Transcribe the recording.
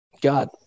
god